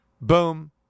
boom